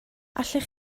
allech